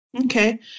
Okay